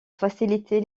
faciliter